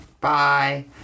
bye